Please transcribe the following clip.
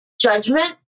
judgment